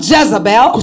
Jezebel